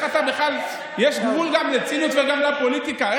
יש גבול גם לציניות וגם לפוליטיקה.